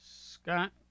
Scott